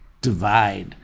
divide